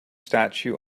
statue